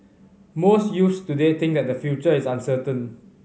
most youths today think that their future is uncertain